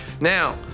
Now